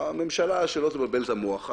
הממשלה שלא תבלבל את המוח.